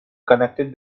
connected